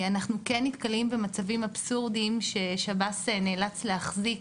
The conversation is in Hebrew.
אנחנו כן נתקלים במצבים אבסורדים ששב"ס נאלץ להחזיק,